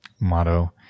motto